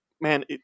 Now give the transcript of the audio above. Man